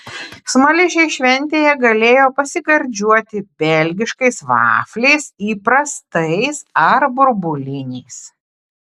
smaližiai šventėje galėjo pasigardžiuoti belgiškais vafliais įprastais ar burbuliniais